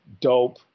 dope